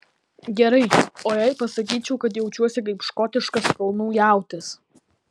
gerai o jei pasakyčiau kad jaučiuosi kaip škotiškas kalnų jautis